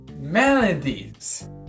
melodies